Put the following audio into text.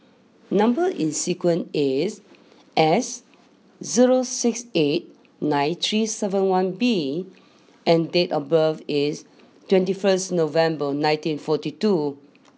number is sequence is S zero six eight nine three seven one B and date of birth is twenty first November nineteen forty two